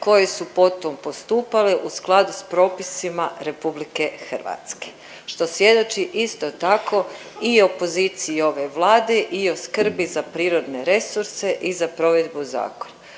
koje su potom postupale u skladu s propisima RH, što svjedoči isto tako i o poziciji ove Vlade i o skrbi za prirodne resurse i za provedbu zakona.